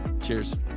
Cheers